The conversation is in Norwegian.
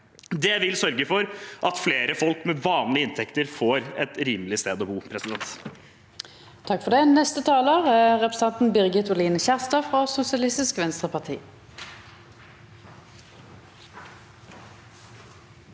Det vil sørge for at flere folk med vanlige inntekter får et rimelig sted å bo. Birgit